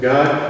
God